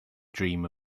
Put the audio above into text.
dream